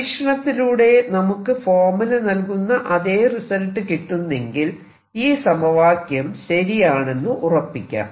പരീക്ഷണത്തിലൂടെ നമുക്ക് ഫോർമുല നൽകുന്ന അതെ റിസൾട്ട് കിട്ടുന്നെങ്കിൽ ഈ സമവാക്യം ശരിയാണെന്നു ഉറപ്പിക്കാം